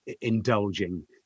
indulging